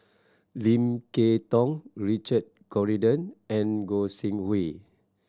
Lim Kay Tong Richard Corridon and Gog Sing Hooi